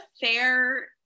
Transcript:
fair